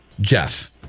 Jeff